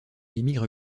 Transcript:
émigre